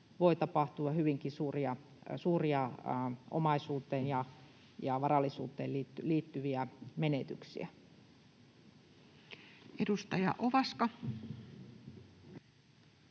voi tapahtua hyvinkin suuria omaisuuteen ja varallisuuteen liittyviä menetyksiä. [Speech 40]